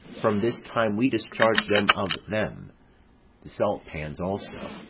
from this time we discharge them of them the saltpans also,